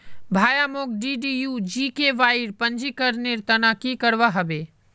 भाया, मोक डीडीयू जीकेवाईर पंजीकरनेर त न की करवा ह बे